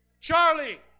Charlie